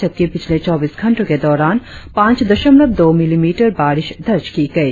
जबकि पिछले चौबीस घंटों के दौरान पांच दशमलव दो मिलीमीटर बारिश दर्ज की गई